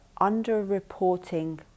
under-reporting